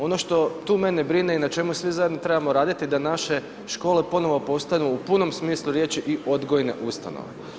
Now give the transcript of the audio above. Ono što tu mene brine i na čemu svi zajedno trebamo raditi, da naše škole ponovo postanu u punom smislu riječi i odgojne ustanove.